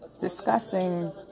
discussing